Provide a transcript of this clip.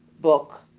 book